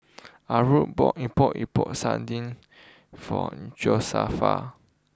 Aura bought Epok Epok Sardin for Josefa